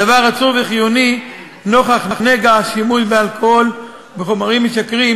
הדבר רצוי וחיוני לנוכח נגע השימוש באלכוהול ובחומרים משכרים,